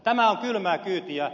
tämä on kylmää kyytiä